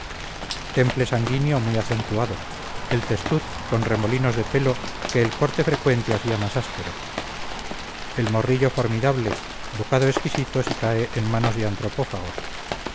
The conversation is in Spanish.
temple sanguíneo muy acentuado el testuz con remolinos de pelo que el corte frecuente hacía más ásperos el morrillo formidable bocado exquisito si cae en manos de antropófagos